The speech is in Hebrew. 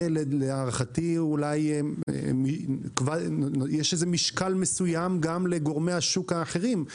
יש איזה משקל מסוים גם לגורמי השוק האחרים<